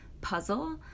puzzle